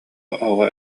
оҕо